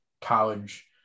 college